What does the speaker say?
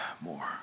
more